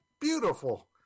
beautiful